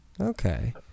Okay